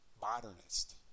modernist